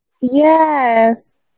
Yes